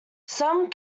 some